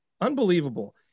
unbelievable